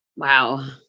wow